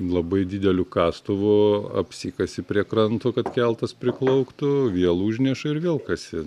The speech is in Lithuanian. labai dideliu kastuvu apsikasi prie kranto kad keltas priklauktų vėl užneša ir vėl kasi